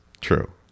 True